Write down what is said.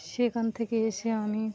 সেখান থেকে এসে আমি